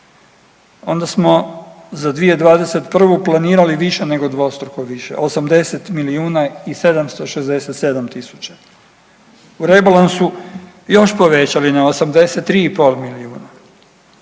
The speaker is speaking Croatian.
onda smo za 2021. planirali više nego dvostruko više 80 milijuna i 767 tisuća, u rebalansu još povećali na 83,5 milijuna,